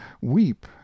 weep